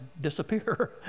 disappear